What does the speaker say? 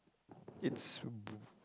it's